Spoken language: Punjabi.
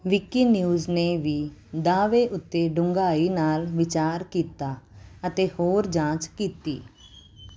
ਵਿਕੀਨਿਊਜ਼ ਨੇ ਵੀ ਦਾਅਵੇ ਉੱਤੇ ਡੂੰਘਾਈ ਨਾਲ ਵਿਚਾਰ ਕੀਤਾ ਅਤੇ ਹੋਰ ਜਾਂਚ ਕੀਤੀ